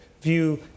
view